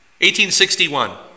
1861